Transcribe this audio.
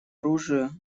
оружию